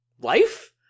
life